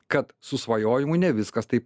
kad su svajojimu ne viskas taip